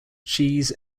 cheese